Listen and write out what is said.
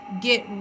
Get